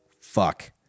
fuck